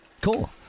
Cool